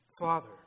Father